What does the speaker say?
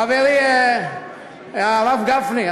חברי הרב גפני,